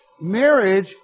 marriage